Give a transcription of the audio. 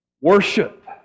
Worship